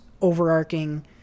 overarching